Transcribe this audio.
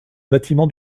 bâtiments